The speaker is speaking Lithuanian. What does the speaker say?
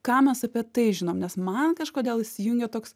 ką mes apie tai žinom nes man kažkodėl įsijungia toks